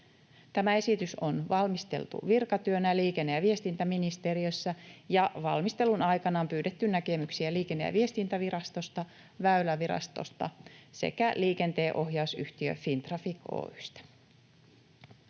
Tämä esitys on valmisteltu virkatyönä liikenne- ja viestintäministeriössä, ja valmistelun aikana on pyydetty näkemyksiä Liikenne- ja viestintävirastosta, Väylävirastosta sekä liikenteenohjausyhtiö Fintraffic Oy:stä.